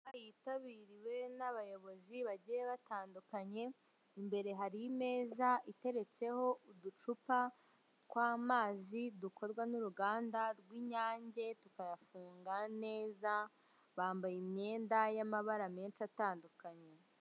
Inama yitabiriwe n'abayobozi bagiye batandukanye, imbere hari i meza iteretseho uducupa tw'amazi dukorwa n'uruganda rw'inyange, tukayafunga neza bambaye imyenda y'amabara menshi atandukanye.